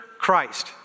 Christ